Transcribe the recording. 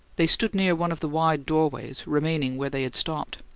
they stood near one of the wide doorways, remaining where they had stopped.